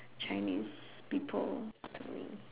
chinese people filming